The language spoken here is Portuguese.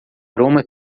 aroma